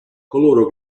coloro